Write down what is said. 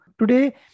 Today